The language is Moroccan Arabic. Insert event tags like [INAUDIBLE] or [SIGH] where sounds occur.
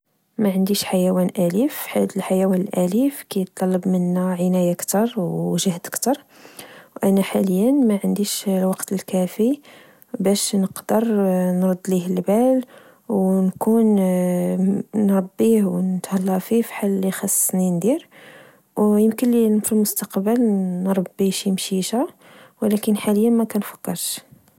معنديش حيوان أليف حيت الحيوان الأليف كتطلب منا العناية كتر و وجهد كتر. و أنا حاليا ما عنديش الوقت الكافي باش نقدر نرد ليه البال، ونكون [HESITATION] نربيه، ونتهلا فيه فحال لخصني ندير. و يمكن ليا فالمستقبل نربي شي مشيشة، ولكن حاليا مكنفكرش